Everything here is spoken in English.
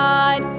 God